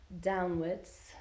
downwards